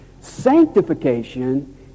Sanctification